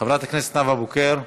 חברת הכנסת נאוה בוקר,